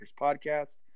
Podcast